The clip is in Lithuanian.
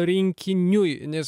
rinkiniui nes